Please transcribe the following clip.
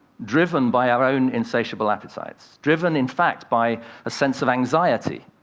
driven by our own insatiable appetites, driven in fact by a sense of anxiety.